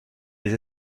les